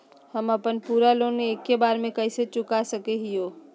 हम अपन पूरा लोन एके बार में कैसे चुका सकई हियई?